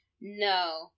No